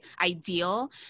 ideal